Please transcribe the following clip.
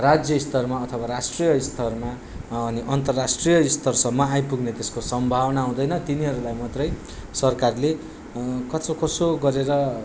राज्य स्तरमा वा राष्ट्रिय स्तरमा अनि अन्तराष्ट्रिय स्तरसम्म आइपुग्ने तेस्को सम्भावना हुँदैन तिनीहरूलाई मात्रै सरकारले कसो कसो गरेर